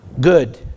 good